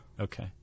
Okay